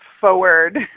forward